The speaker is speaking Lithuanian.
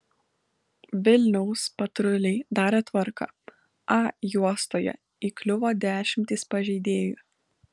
vilniaus patruliai darė tvarką a juostoje įkliuvo dešimtys pažeidėjų